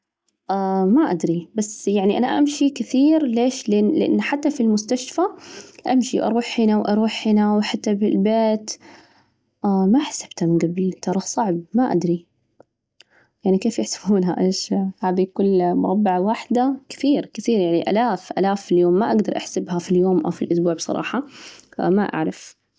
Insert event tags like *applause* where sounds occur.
ما أدري، بس يعني أنا أمشي كثير، ليش؟ لأن لأن حتى في المستشفى أمشي أروح هنا وأروح هنا، وحتى بالبيت ما حسبتها من جبل ترى صعب، ما أدري يعني كيف يحسبونها؟ *laughs* إيش هذي كل مربع وحدة? كثير كثير، يعني الآف الآف في اليوم ما أقدر أحسبها في اليوم أو في الأسبوع بصراحة، ما أعرف.